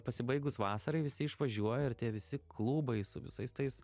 pasibaigus vasarai visi išvažiuoja ir tie visi klubai su visais tais